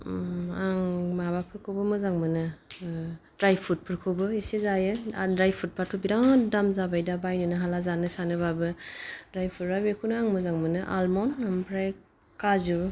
आं माबाफोरखौबो मोजां मोनो द्राय फ्रुइड फोरखौबो इसे जायो आरो द्राय फ्रुइड बाथ' बिराद दाम जाबाय दा बायनोनो हाला जानो सानोबाबो द्राय फ्रुइड बेखौनो आं मोजां मोनो आलमन्ड ओमफ्राय काजु